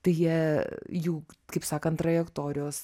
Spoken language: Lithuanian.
tai jie jų kaip sakan trajektorijos